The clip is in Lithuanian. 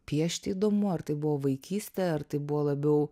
piešti įdomu ar tai buvo vaikystė ar tai buvo labiau